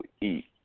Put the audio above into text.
eat